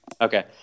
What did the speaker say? Okay